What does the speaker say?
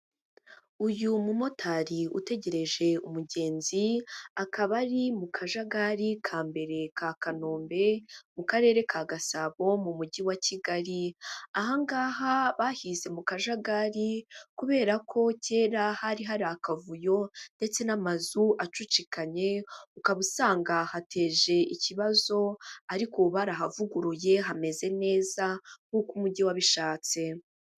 Uyu mumotari utegereje umugenzi akaba ari mu Kajagari kambere ka Kanombe mu karere ka Gasabo mu mujyi wa Kigali, aha ngaha bahise mu Kajagari kubera ko kera hari hari akavuyo ndetse n'amazu acucikanye ukaba usanga hateje ikibazo ariko ubu barahavuguruye hameze neza nk'uko umujyi wabishatse.